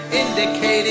indicating